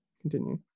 continue